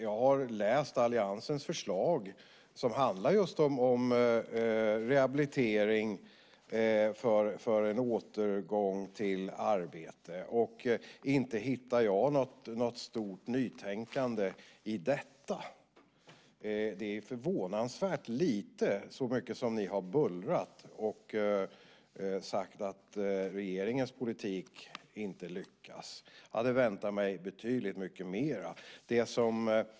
Jag har läst alliansens förslag, som just handlar om rehabilitering för återgång till arbete, och inte hittar jag något stort nytänkande i det. Där finns förvånansvärt lite med tanke på hur mycket ni bullrat om att regeringens politik inte lyckas. Jag hade väntat mig betydligt mycket mer.